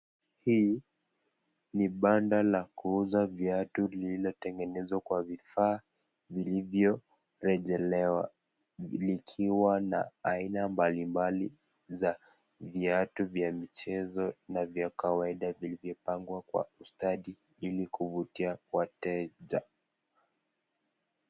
Hii ni banda la kuuza viatu lililotengenezwa kwa vifaa vilivorejelewa. Likiwa na aina mbalimbali za viatu vya michezo na vya kawaida vilivyopangwa kwa ustadi ili kuvutia wateja.